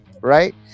Right